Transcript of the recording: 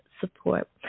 support